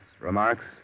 Remarks